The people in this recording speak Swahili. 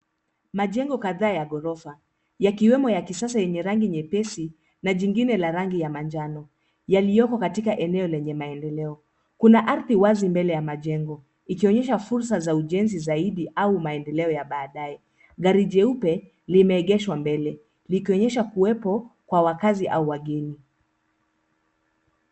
Majengo kadhaa ya ghorofa, yakiwemo ya kisasa yenye rangi nyepesi, na jingine lenye rangi ya manjano yaliyoko katika eneo lenye maendeleo. Kuna ardhi wazi mbele ya majengo ikionyesha fursa za ujenzi zaidi au maendeleo ya baadaye. Gari jeupe limeegeshwa mbele likionyesha kuwepo kwa wakaazi au wageni.